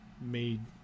made